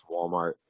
Walmart